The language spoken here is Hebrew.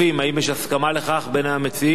האם יש הסכמה לכך בין המציעים?